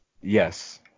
yes